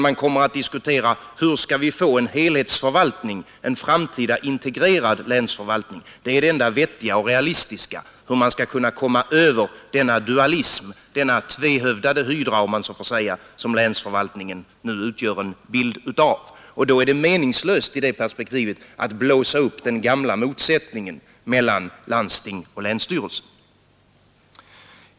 Man kommer att diskutera hur vi skall få en helhetsförvaltning, en framtida integrerad länsförvaltning. Det är den enda vettiga och realistiska möjligheten att komma över denna dualism, denna tvehövdade hydra, som länsförvaltningen nu utgör. I det perspekti vet är det meningslöst att blåsa upp den gamla motsättningen mellan landsting och länsstyrelse.